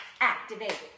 activate